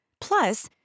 Plus